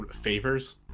Favors